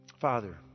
Father